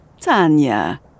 Tanya